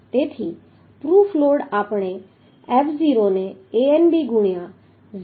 તેથી proof load આપણે F0 ને Anb ગુણ્યા 0